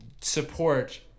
support